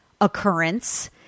occurrence